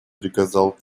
приказал